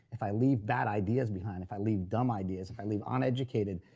if i leave bad ideas behind, if i leave dumb ideas, if i leave uneducated,